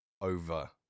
over